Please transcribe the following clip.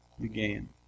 began